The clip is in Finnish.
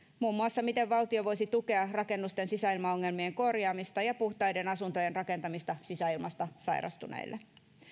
muun muassa miten valtio voisi tukea rakennusten sisäilmaongelmien korjaamista ja puhtaiden asuntojen rakentamista sisäilmasta sairastuneille